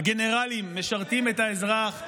הגנרלים משרתים את האזרח,